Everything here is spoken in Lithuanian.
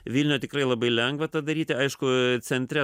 vilniuj tikrai labai lengva tą daryti aišku centre